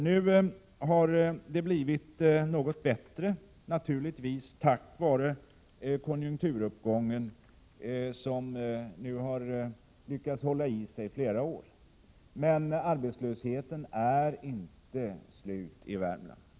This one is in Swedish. Nu har det blivit något bättre, naturligtvis tack vare konjunkturuppgången som har lyckats hålla i sig flera år. Men arbetslösheten är inte slut i Värmland.